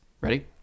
Ready